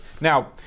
Now